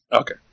Okay